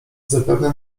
zapewne